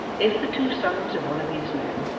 if the two sons of one of these men,